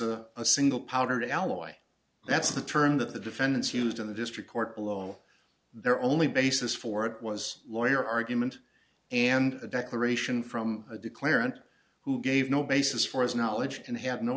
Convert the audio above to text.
a single powdered alloy that's the term that the defendants used in the district court below their only basis for it was lawyer argument and a declaration from a declarant who gave no basis for his knowledge and have no